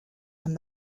and